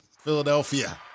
Philadelphia